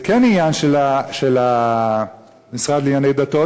זה כן עניין של המשרד לשירותי דת,